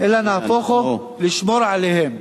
אלא נהפוך הוא, לשמור עליהם.